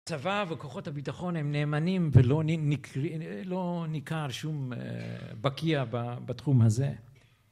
הצבא וכוחות הביטחון הם נאמנים ולא ניכר שום בקיע בתחום הזה